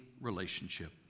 relationship